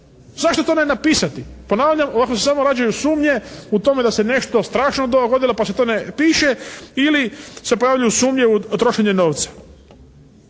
Zašto to ne napisati? Ponavljam, ovako se samo rađaju sumnje u tome da se nešto strašno dogodilo pa se to ne piše ili se pojavljuju sumnje u trošenje novca.